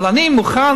אבל אני מוכן,